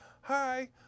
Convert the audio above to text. Hi